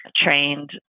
trained